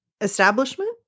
establishment